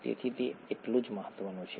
તેથી તે એટલું જ મહત્ત્વનું છે